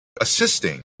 assisting